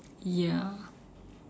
ya